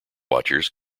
watchers